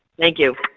thank you.